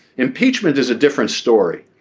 impeachment is a different story.